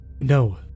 No